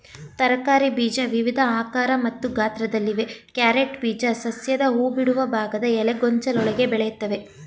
ತರಕಾರಿ ಬೀಜ ವಿವಿಧ ಆಕಾರ ಮತ್ತು ಗಾತ್ರದಲ್ಲಿವೆ ಕ್ಯಾರೆಟ್ ಬೀಜ ಸಸ್ಯದ ಹೂಬಿಡುವ ಭಾಗದ ಎಲೆಗೊಂಚಲೊಳಗೆ ಬೆಳಿತವೆ